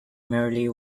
merely